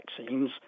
vaccines